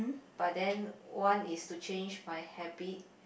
but then one is to change my habit